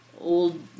old